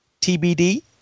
TBD